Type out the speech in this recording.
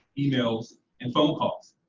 emails and phone calls.